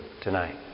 tonight